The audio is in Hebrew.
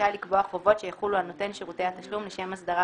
רשאי לקבוע חובות שיחולו על נותן שירותי תשלום לשם הסדרת